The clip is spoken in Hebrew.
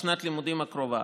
לשנת הלימודים הקרובה,